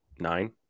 nine